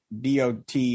DOT